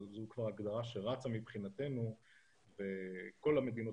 אבל זו כבר הגדרה שמבחינתנו רצה בכל המדינות